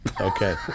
Okay